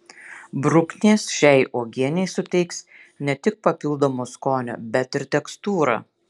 bruknės šiai uogienei suteiks ne tik papildomo skonio bet ir tekstūrą